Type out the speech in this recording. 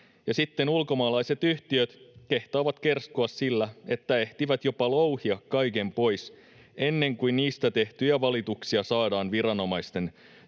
ja sitten ulkomaalaiset yhtiöt kehtaavat kerskua sillä, että ehtivät jopa louhia kaiken pois ennen kuin niistä tehtyjä valituksia [Hannu Hoskonen: